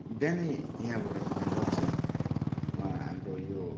बिहानै यहाँबाट हिँड्नेगर्छ उहाँ हाम्रो यो